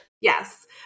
Yes